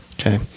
Okay